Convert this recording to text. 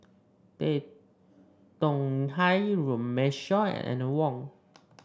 Tan Tong Hye Runme Shaw and Wong